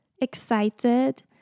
excited